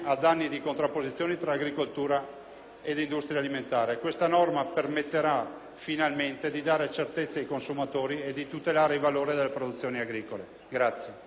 ed industria alimentare. Questa norma permetterà finalmente di dare certezza ai consumatori e di tutelare il valore delle produzioni agricole.